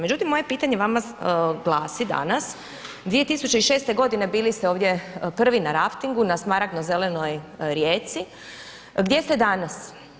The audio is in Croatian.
Međutim moje pitanje vama glasi danas, 2006. godine bili ste ovdje prvi na raftingu na smaragdno zelenoj rijeci, gdje ste danas?